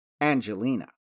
Angelina